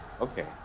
okay